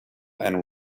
and